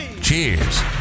cheers